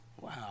wow